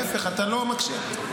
להפך, אתה לא מקשיב.